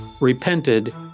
repented